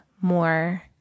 more